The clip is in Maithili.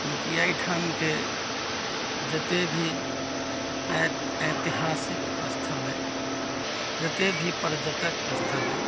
किए अहिठामके जते भी ए ऐतिहासिक स्थल अइ जते भी पर्यटक अइ